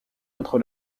entre